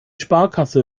sparkasse